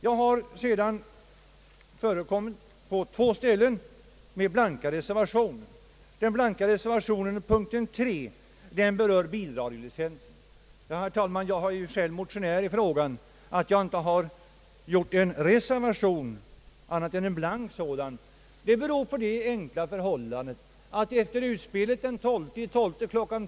Jag förekommer sedan med blanka reservationer på två ställen. Den blanka reservationen på punkten 3 berör bilradiolicensen. Herr talman, jag är ju själv motionär i denna fråga. Att jag nöjt mig med en blank reservation beror på det enkla förhållandet att jag efter utspelet den 12/12 kl.